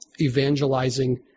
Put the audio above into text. evangelizing